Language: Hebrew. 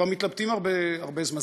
אנחנו כבר מתלבטים הרבה זמן.